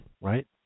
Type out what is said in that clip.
right